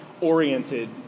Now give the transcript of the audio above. oriented